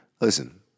listen